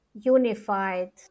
unified